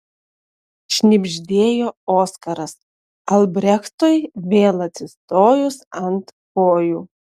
šnibždėjo oskaras albrechtui vėl atsistojus ant kojų